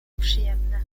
przyjemne